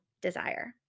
desire